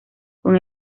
con